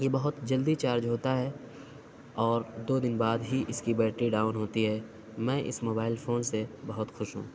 یہ بہت جلدی چارج ہوتا ہے اور دو دِن بعد ہی اِس کی بیٹری ڈاؤن ہوتی ہے میں اِس موبائل فون سے بہت خوش ہوں